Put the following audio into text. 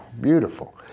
beautiful